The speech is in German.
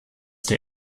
der